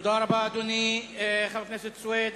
תודה רבה, אדוני, חבר הכנסת סוייד.